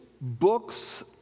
books